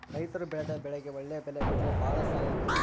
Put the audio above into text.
ರೈತರು ಬೆಳೆದ ಬೆಳೆಗೆ ಒಳ್ಳೆ ಬೆಲೆ ಇದ್ರೆ ಭಾಳ ಸಹಾಯ ಆಗುತ್ತೆ